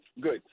good